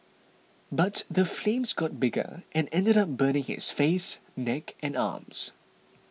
but the flames got bigger and ended up burning his face neck and arms